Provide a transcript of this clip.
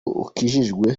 ukijijwe